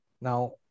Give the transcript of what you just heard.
Now